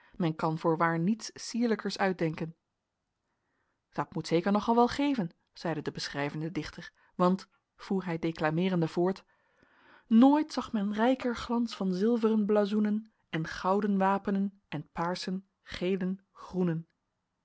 men kan voorwaar niets sierlijkers uitdenken dat moet zeker nogal wel geven zeide de beschrijvende dichter want voer hij declameerende voort nooit zag men rijker glans van zilveren blazoenen en gouden wapenen en paarsen gelen groenen